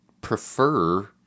prefer